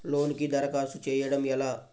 లోనుకి దరఖాస్తు చేయడము ఎలా?